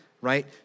right